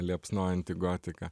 liepsnojanti gotika